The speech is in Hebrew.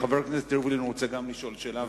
גם חבר הכנסת רובי ריבלין רוצה לשאול שאלה,